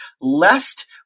lest